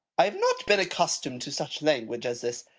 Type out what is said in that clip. i have not been accustomed to such language as this.